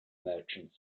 merchant